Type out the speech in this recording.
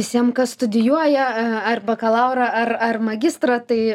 visiem kas studijuoja ar bakalaurą ar ar magistrą tai